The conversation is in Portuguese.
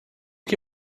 que